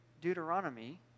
Deuteronomy